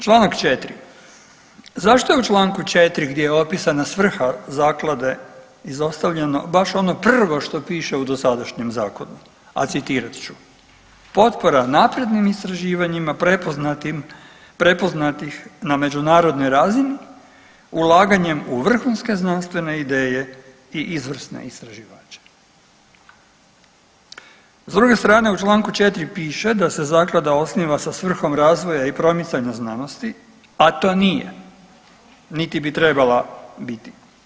Članak 4. Zašto je u članku 4. gdje je opisana svrha zaklade izostavljeno baš ono prvo što piše u dosadašnjem zakonu, a citirat ću: „Potpora naprednim istraživanjima prepoznatih na međunarodnoj razini ulaganjem u vrhunske znanstvene ideje i izvrsne istraživače.“ S druge strane u članku 4. piše da se zaklada osniva sa svrhom razvoja i promicanja znanosti, a to nije niti bi trebala biti.